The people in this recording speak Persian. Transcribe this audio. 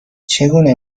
چگونه